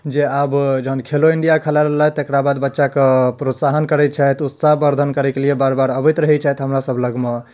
जे आब जहन खेलो इंडिआ खलाय लेलथि तकरा बाद बच्चा कऽ प्रोत्साहन करैत छथि उत्साहबर्धन करै कऽ लिए बार बार अबैत रहैत छथि हमरा सभ लगमे